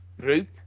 group